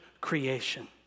creation